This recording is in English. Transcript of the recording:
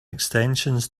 extensions